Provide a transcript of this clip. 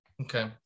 Okay